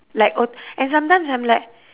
like old and sometimes I'm like